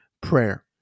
prayer